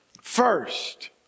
First